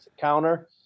counter